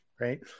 Right